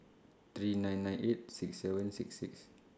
three nine nine eight six seven six six